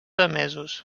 emesos